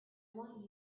want